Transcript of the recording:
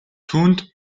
түүнд